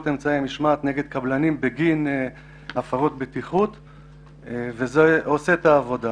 אמצעי משמעת נגד קבלנים בגין הפרות בטיחות וזה עושה את העבודה